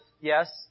yes